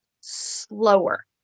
slower